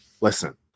listen